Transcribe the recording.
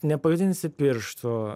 nepajudinsi pirštų